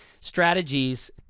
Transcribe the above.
strategies